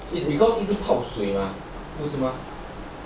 it's because 一直泡水 mah 不是吗